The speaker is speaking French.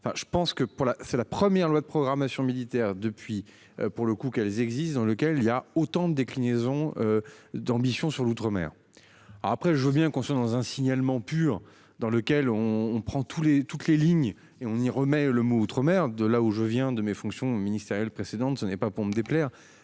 que pour la. C'est la première loi de programmation militaire depuis pour le coup qu'elles existent dans lequel il y a autant de déclinaisons. D'ambition sur l'outre-mer. Après je veux bien construire dans un signalement pur dans lequel on on prend tous les, toutes les lignes et on y remet le mot outre-mer de là où je viens de mes fonctions ministérielles précédentes. Ce n'est pas pour me déplaire